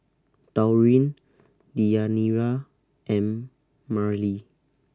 Taurean Deyanira and Mareli